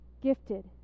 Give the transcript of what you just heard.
gifted